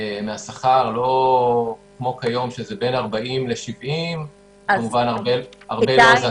מהשכר לא כמו כיום שזה בין 40% ל-70% וכמובן שהרבה לא זכאים.